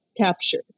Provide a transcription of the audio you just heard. capture